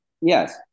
Yes